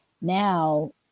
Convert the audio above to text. Now